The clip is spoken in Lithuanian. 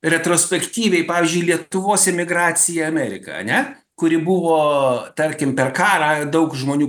retrospektyviai pavyzdžiui lietuvos emigracija į ameriką ane kuri buvo tarkim per karą daug žmonių